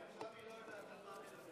כי עכשיו היא לא יודעת על מה היא מדברת.